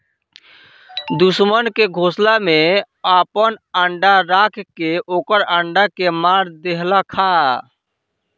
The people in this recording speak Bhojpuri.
दुश्मन के घोसला में आपन अंडा राख के ओकर अंडा के मार देहलखा